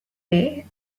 way